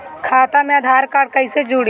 खाता मे आधार कार्ड कईसे जुड़ि?